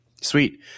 Sweet